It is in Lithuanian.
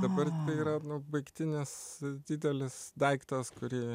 dabar yra baigtinis didelis daiktas kurį